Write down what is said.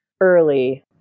early